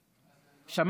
הרפורמים?